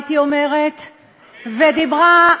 הייתי אומרת ודיברה,